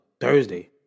Thursday